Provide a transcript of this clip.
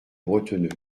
bretonneux